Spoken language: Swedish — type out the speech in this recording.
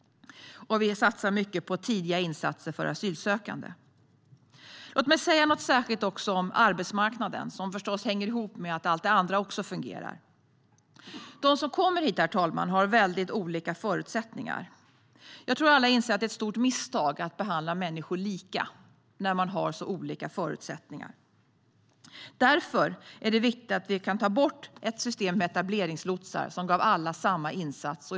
Vi satsar mycket på tidiga insatser för asylsökande. Låt mig säga något om arbetsmarknaden. Den hänger förstås ihop med att allt det andra fungerar. De som kommer hit, herr talman, har väldigt olika förutsättningar. Jag tror alla inser att det är ett stort misstag att behandla människor lika när de har så olika förutsättningar. Därför är det viktigt att ta bort systemet med etableringslotsar som gav alla samma insats.